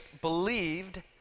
believed